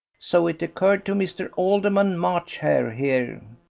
so it occurred to mr. alderman march hare here,